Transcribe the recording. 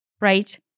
Right